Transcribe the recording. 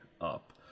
up